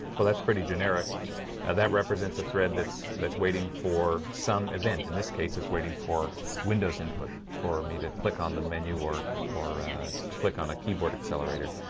well, that's pretty generic that represents a thread that's that's waiting for some event in this case it's waiting for windows input for me to click on the menu or or click on a keyboard accelerator